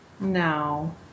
No